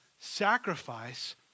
sacrifice